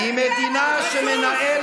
בוגד.